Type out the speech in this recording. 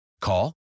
Call